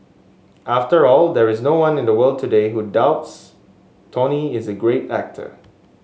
after all there is no one in the world today who doubts Tony is a great actor